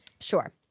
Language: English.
Sure